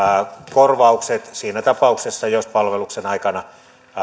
korvaukset siinä tapauksessa jos palveluksen aikana